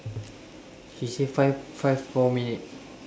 she say five five more minute